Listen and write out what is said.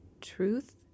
truth